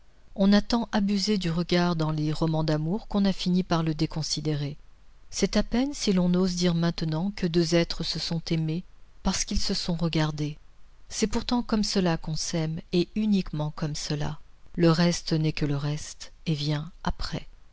on a tant abusé du regard dans les romans d'amour qu'on a fini par le déconsidérer c'est à peine si l'on ose dire maintenant que deux êtres se sont aimés parce qu'ils se sont regardés c'est pourtant comme cela qu'on s'aime et uniquement comme cela le reste n'est que le reste et vient après